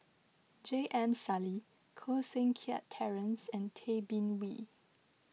J M Sali Koh Seng Kiat Terence and Tay Bin Wee